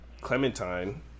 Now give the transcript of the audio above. clementine